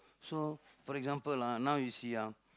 so for example ah now you see ah